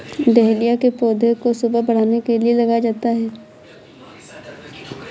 dahlia के पौधे को शोभा बढ़ाने के लिए लगाया जाता है